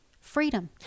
Freedom